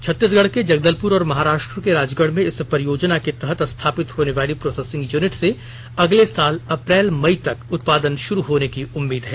छत्तीसगढ़ के जगदलपुर और महाराष्ट के राजगढ़ में इस परियोजना के तहत स्थापित होने वाले प्रोसेसिंग यूनिट से अगले साल अप्रैल मई तक उत्पादन शुरू होने की उम्मीद है